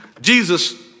Jesus